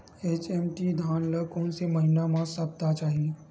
HMT धान ल कोन से महिना म सप्ता चाही?